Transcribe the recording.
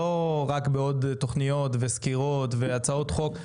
לא רק בעוד תוכניות וסקירות והצעות חוק,